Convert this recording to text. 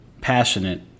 passionate